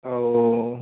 ହଉ ହଉ